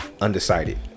Undecided